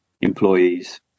employees